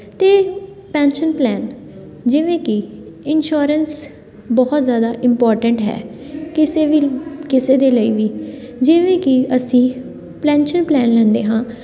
ਅਤੇ pension plan ਜਿਵੇਂ ਕਿ ਇੰਸੋਰੈਂਸ ਬਹੁਤ ਜ਼ਿਆਦਾ ਇਮਪੋਟੈਂਟ ਹੈ ਕਿਸੇ ਵੀ ਕਿਸੇ ਦੇ ਲਈ ਵੀ ਜਿਵੇਂ ਕਿ ਅਸੀਂ ਪੈਨਸ਼ਨ ਪਲੈਨ ਲੈਂਦੇ ਹਾਂ